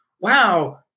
wow